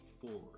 forward